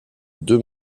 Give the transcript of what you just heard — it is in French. deux